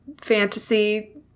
fantasy